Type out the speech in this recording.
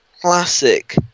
Classic